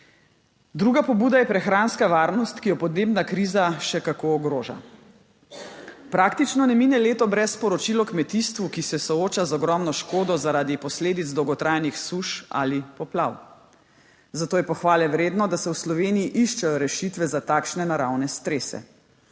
Druga pobuda je prehranska varnost, ki jo podnebna kriza še kako ogroža. Praktično ne mine leto brez poročil o kmetijstvu, ki se sooča z ogromno škodo zaradi posledic dolgotrajnih suš ali poplav. Zato je pohvale vredno, da se v Sloveniji iščejo rešitve za takšne naravne strese.